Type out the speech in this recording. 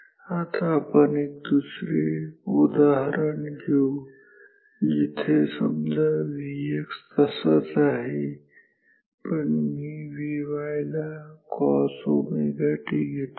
आता पण एक दुसरे उदाहरण घेऊ जिथे समजा Vx तसाच आहे पण मी Vy ला cos ωt घेतो